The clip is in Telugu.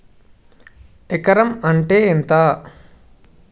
ఎకరం అంటే ఎంత?